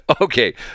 Okay